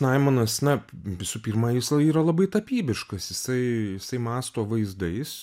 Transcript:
naimonas na visų pirma jisai yra labai tapybiškas jisai jisai mąsto vaizdais